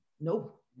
Nope